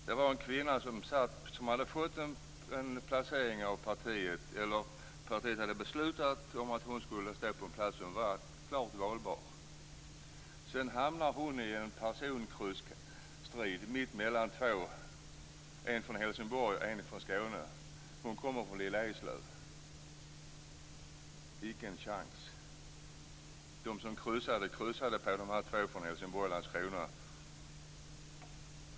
Det var en kvinna som partiet hade beslutat skulle ställas på en plats som var klart valbar. Sedan hamnade hon mitt i en personkrysstrid mellan två personer, en från Helsingborg och en från Landskrona. Hon kommer från lilla Eslöv. Icke en chans. De som kryssade kryssade på de här två från Helsingborg och Landskrona.